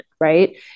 right